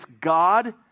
God